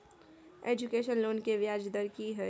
Education loan के ब्याज दर की हय?